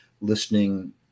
listening